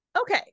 okay